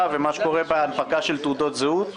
ומה שקורה בהנפקה של תעודות זהות?